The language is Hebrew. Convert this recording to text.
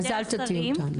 אז אל תטעי אותנו.